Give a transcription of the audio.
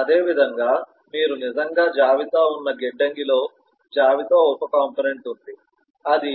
అదేవిధంగా మీరు నిజంగా జాబితా ఉన్న గిడ్డంగిలో జాబితా ఉప కంపోనెంట్ ఉంది అది